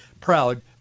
proud